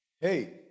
Hey